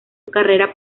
carrera